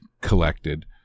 collected